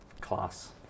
class